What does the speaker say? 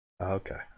Okay